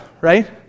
right